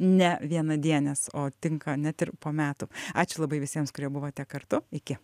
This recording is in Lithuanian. ne vienadienės o tinka net ir po metų ačiū labai visiems kurie buvote kartu iki